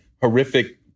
Horrific